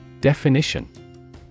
Definition